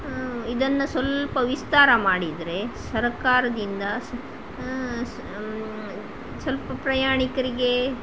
ಇದನ್ನ ಸ್ವಲ್ಪ ವಿಸ್ತಾರ ಮಾಡಿದರೆ ಸರಕಾರದಿಂದ ಸ್ವಲ್ಪ ಪ್ರಯಾಣಿಕರಿಗೆ